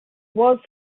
was